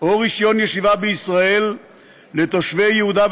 או רישיון ישיבה בישראל לתושבי יהודה,